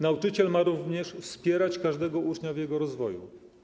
Nauczyciel ma również wspierać każdego ucznia w jego rozwoju.